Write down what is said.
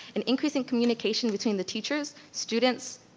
and increasing communication between the teachers, students,